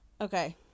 okay